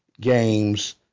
games